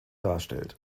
darstellt